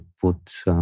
put